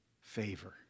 favor